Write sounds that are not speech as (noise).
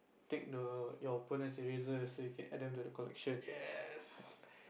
take the your opponent's eraser so you can add them to the collection (laughs)